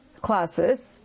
classes